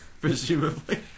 presumably